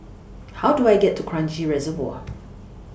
How Do I get to Kranji Reservoir